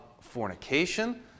fornication